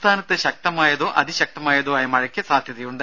സംസ്ഥാനത്ത് ശക്തമായതോ അതിശക്തമായതോ ആയ മഴയ്ക്ക് സാധ്യതയുണ്ട്